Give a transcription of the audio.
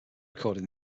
recording